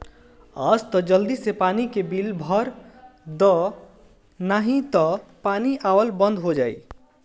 आज तअ जल्दी से पानी के बिल भर दअ नाही तअ पानी आवल बंद हो जाई